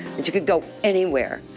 and you could go anywhere,